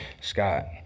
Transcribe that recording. Scott